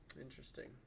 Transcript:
Interesting